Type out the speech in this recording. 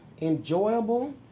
Enjoyable